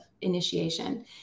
initiation